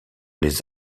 les